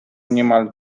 niemal